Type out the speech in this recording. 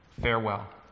Farewell